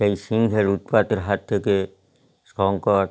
এই সিংহের উৎপাতের হাত থেকে শঙ্কর